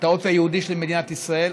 את האופי היהודי של מדינת ישראל,